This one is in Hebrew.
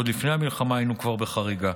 עוד לפני המלחמה היינו כבר בחריגה.